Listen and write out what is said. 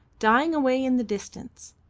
dying away in the distance.